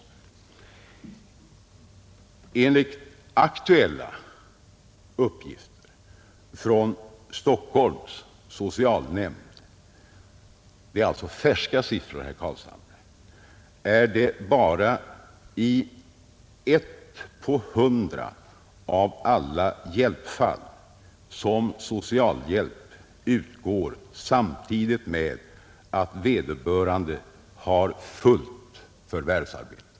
Enligt aktuella uppgifter från Stockholms socialnämnd — det är alltså färska siffror, herr Carlshamre — är det bara i ett hjälpfall på 100 som socialhjälp utgår samtidigt med att vederbörande har fullt förvärvsarbete.